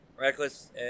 Reckless